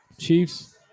Chiefs